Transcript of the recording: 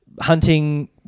hunting